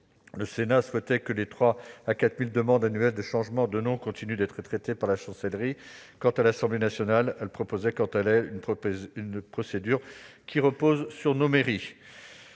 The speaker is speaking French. Le Sénat souhaitait que les 3 000 à 4 000 demandes annuelles de changement de nom continuent d'être traitées par la Chancellerie. L'Assemblée nationale proposait quant à elle une procédure reposant sur les mairies.